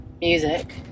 music